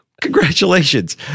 Congratulations